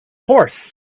horse